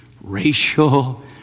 racial